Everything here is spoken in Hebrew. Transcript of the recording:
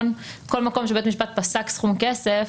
בכל מקום שבית משפט פסק סכום כסף,